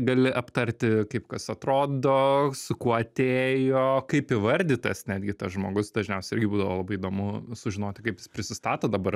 gali aptarti kaip kas atrodo su kuo atėjo kaip įvardytas netgi tas žmogus dažniausiai irgi būdavo labai įdomu sužinoti kaip jis prisistato dabar